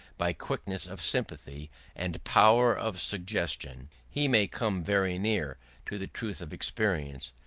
by quickness of sympathy and power of suggestion, he may come very near to the truth of experience,